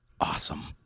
Awesome